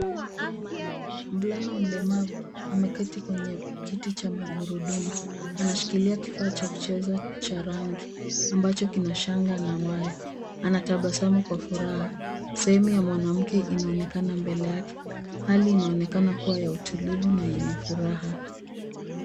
Mvulana mlemavu ameketi kwenye kiti cha magurudumu anashikilia kifaa cha kucheza cha rangi ambacho kina shanga na waya. Anatabasamu kwa furaha. Sehemu ya mwanamke inaonekana mbele yake. Hali inaonekana kuwa ya utulivu na yenye furaha.